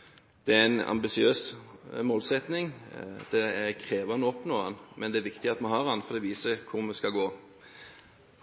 er viktig at vi har den, for det viser hvor vi skal gå.